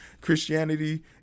Christianity